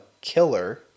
killer